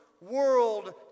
world